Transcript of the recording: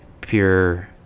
pure